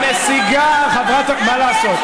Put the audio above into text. הנסיגה, חברת הכנסת, מה לעשות,